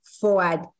forward